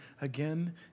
again